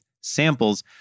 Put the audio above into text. samples